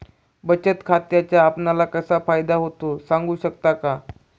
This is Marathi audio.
बचत खात्याचा आपणाला कसा फायदा होतो? सांगू शकता का?